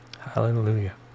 Hallelujah